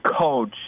coach